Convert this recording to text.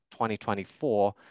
2024